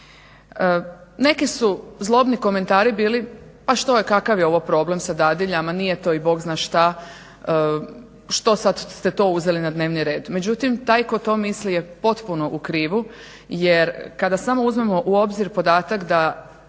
Neki su zlobni komentari bili pa što je, kakav je ovo problem sa dadiljama, nije to i Bog zna šta, što sad ste to uzeli na dnevni red. Međutim taj tko to misli je potpuno u krivu jer kada samo uzmemo u obzir podatak da